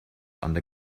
under